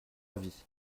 avis